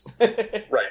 right